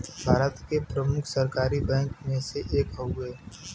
भारत के प्रमुख सरकारी बैंक मे से एक हउवे